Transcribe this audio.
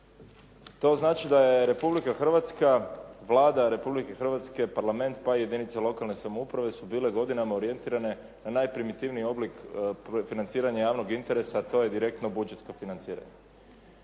to znači? To znači da Vlada Republike Hrvatske parlament pa i jedinice lokalne samouprave su bile godinama orijentirane na najprimitivniji oblik financiranja javnog interesa, a to je direktno budžetsko financiranje.